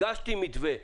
הגשתי מתווה,